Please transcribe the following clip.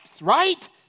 right